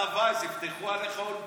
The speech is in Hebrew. דנה ויס, יפתחו עליך אולפנים.